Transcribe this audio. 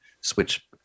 switch